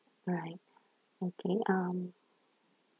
right okay um